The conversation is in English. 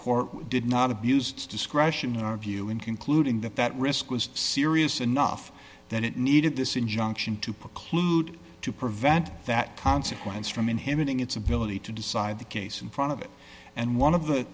court did not abuse discretion in our view in concluding that that risk was serious enough that it needed this injunction to preclude to prevent that consequence from inhibiting its ability to decide the case in front of it and one of